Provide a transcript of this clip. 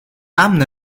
امن